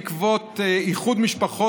בעקבות איחוד משפחות,